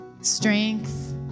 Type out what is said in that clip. strength